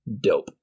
Dope